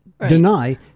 deny